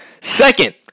Second